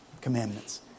Commandments